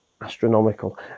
astronomical